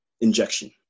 Injection